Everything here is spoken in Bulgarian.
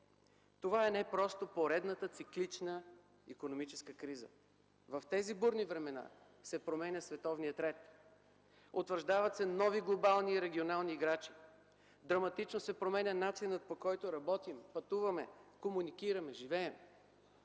Това е не просто поредната циклична икономическа криза. В тези бурни времена се променя световният ред. Утвърждават се нови глобални и регионални играчи. Драматично се променя начинът, по който работим, пътуваме, комуникираме, живеем.